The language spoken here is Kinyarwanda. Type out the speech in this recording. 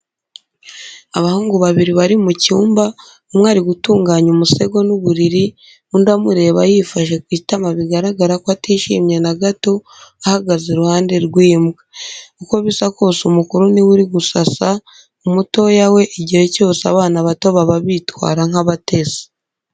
Abahungu babiri bari mu cyumba, umwe ari gutunganya umusego n’uburiri, undi amureba yifashe ku itama bigaragara ko atishimye na gato ahagaze iruhande rw'imbwa. Uko bisa kose umukuru niwe uri gusasa umutoya we igihe cyose abana bato baba bitwara nk'abatesi.